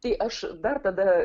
tai aš dar tada